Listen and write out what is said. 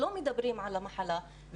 לא מדברים על המחלה,